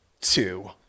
two